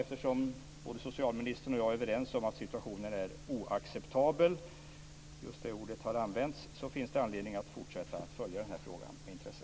Eftersom både socialministern och jag är överens om att situationen är oacceptabel, just det ordet har använts, finns det anledning att fortsätta att följa frågan med intresse.